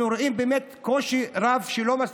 אנחנו רואים קושי רב שלהם.